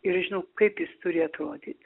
ir aš žinau kaip jis turi atrodyt